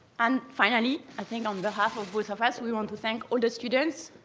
and finally, i think on behalf of both of us, we want to thank all the students,